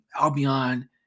Albion